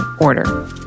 order